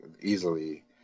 easily